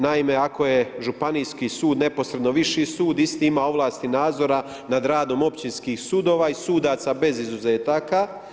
Naime, ako je Županijski sud neposredno viši sud isti ima ovlasti nadzora nad radom općinskih sudova i sudaca bez izuzetaka.